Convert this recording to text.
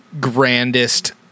grandest